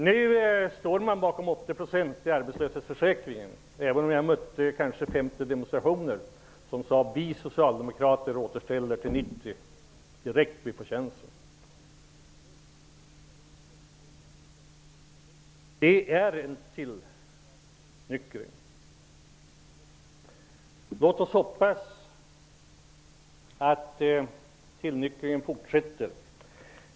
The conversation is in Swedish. Nu står man bakom 80 % i arbetslöshetsförsäkringen, även om jag har sett demonstrationer där man säger att socialdemokraterna skall återställa nivån till 90 % så fort de får chansen. Det är en tillnyktring. Låt oss hoppas att tillnyktringen fortsätter.